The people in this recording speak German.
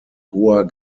hoher